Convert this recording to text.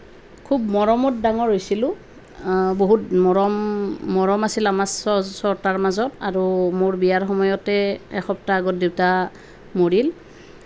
খুব মৰমত ডাঙৰ হৈছিলোঁ বহুত মৰম মৰম আছিল আমাৰ ছটাৰ মাজত আৰু মোৰ বিয়াৰ সময়তে এসপ্তাহ আগত দেউতা মৰিল